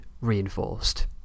reinforced